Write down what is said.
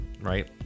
right